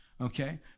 okay